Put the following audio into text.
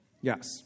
Yes